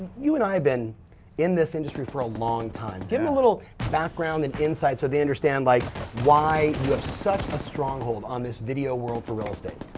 you and i have been in this industry for a long time. give them a little background and insight, so they understand like why you have such a stronghold on this video world for real estate.